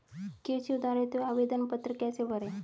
कृषि उधार हेतु आवेदन पत्र कैसे भरें?